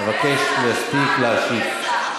אבקש להספיק להשיב.